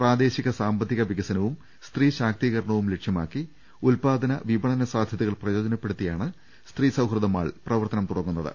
പ്രാദേശിക സാമ്പത്തിക വികസനവും സ്ത്രീ ശാക്തീക രണവും ലക്ഷ്യമാക്കി ഉൽപാദന വിപണന സാധൃതകൾ പ്രയോ ജനപ്പെടുത്തിയാണ് സ്ത്രീസൌഹൃദമാൾ പ്രവർത്തനം തുടങ്ങുന്ന ത്